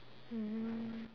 mm